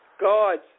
God's